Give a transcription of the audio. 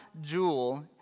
jewel